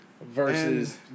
versus